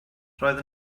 roedd